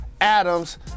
Adams